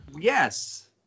Yes